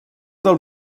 del